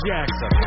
Jackson